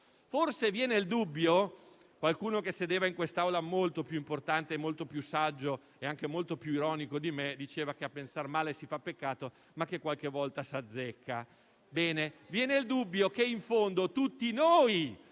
Forse viene il dubbio - qualcuno che sedeva in quest'Aula molto più importante, più saggio e anche molto più ironico di me, diceva che a pensar male si fa peccato, ma qualche volta s'azzecca - che in fondo tutti noi